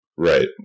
Right